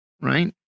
right